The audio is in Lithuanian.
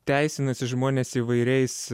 teisinasi žmonės įvairiais